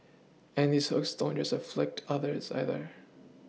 and these hooks don't just afflict otters either